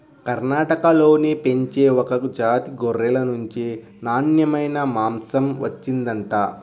కర్ణాటకలో పెంచే ఒక జాతి గొర్రెల నుంచి నాన్నెమైన మాంసం వచ్చిండంట